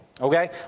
okay